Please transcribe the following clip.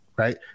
right